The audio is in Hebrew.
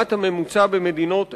לעומת הממוצע במדינות אלה,